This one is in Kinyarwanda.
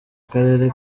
karere